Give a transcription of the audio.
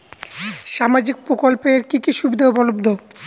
সামাজিক প্রকল্প এর কি কি সুবিধা উপলব্ধ?